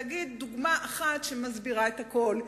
אני רוצה להביא דוגמה אחת שמסבירה את הכול,